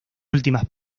últimas